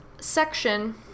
section